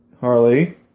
Harley